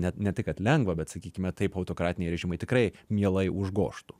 net ne tai kad lengva bet sakykime taip autokratiniai režimai tikrai mielai užgožtų